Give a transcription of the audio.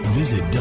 visit